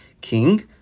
king